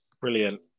brilliant